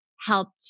helped